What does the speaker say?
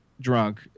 drunk